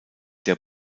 der